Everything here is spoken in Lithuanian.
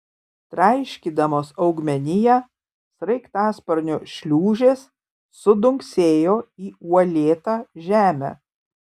traiškydamos augmeniją sraigtasparnio šliūžės sudunksėjo į uolėtą žemę